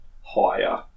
higher